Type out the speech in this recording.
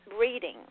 reading